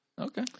Okay